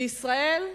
בישראל,